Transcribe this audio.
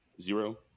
zero